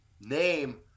name